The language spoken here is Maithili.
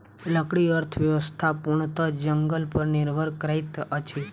लकड़ी अर्थव्यवस्था पूर्णतः जंगल पर निर्भर करैत अछि